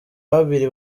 babiri